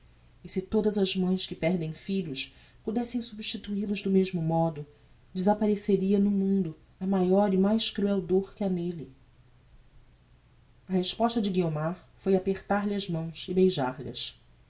e se todas as mães que perdem filhos podessem substituil os do mesmo modo desapparecia do mundo a maior e mais cruel dor que ha nelle a resposta de guiomar foi apertar-lhe as mãos